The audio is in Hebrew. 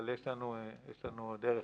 אבל יש לנו עוד דרך.